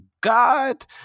god